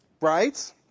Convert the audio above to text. right